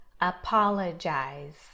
apologize